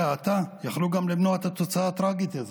האטה יכלו למנוע את התוצאה הטרגית הזאת.